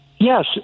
Yes